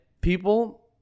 people